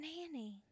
Nanny